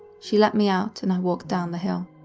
she let me out and i walked down the hill.